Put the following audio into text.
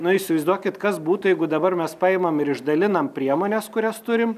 nu įsivaizduokit kas būtų jeigu dabar mes paimam ir išdalinam priemones kurias turim